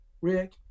Rick